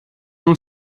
nhw